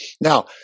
now